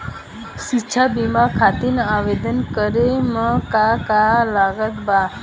शिक्षा बीमा खातिर आवेदन करे म का का लागत बा?